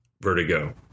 Vertigo